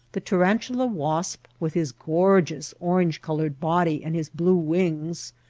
the tarantula wasp, with his gorgeous orange-colored body and his blue wings,